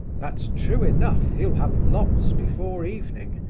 that's true enough, he'll have lots before evening!